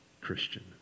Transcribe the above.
Christian